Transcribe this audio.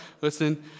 Listen